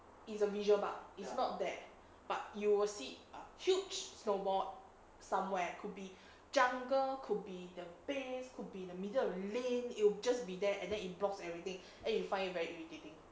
it's a visual bug but it's not there but you will see a huge snowball somewhere could be jungle could be the base could be in the middle of then lane it'll just be there and then it blocks everything and you find it very irritating